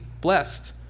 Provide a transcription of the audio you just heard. blessed